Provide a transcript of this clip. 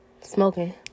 smoking